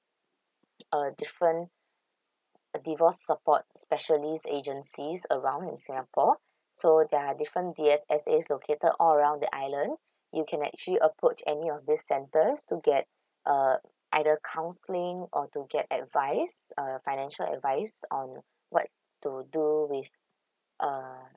a different divorce support specialist agencies around in singapore so there are D_S_S_A located all around the island you can actually approach any of these centres to get uh either counselling or to get advice uh financial advice on what to do with uh